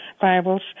Bibles